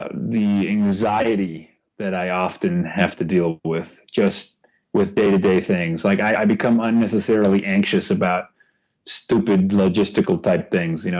ah the anxiety that i often have to deal with just with day to day things. like i become unnecessarily anxious about stupid logistical type of things. you know